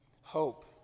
hope